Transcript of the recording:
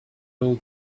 all